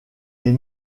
des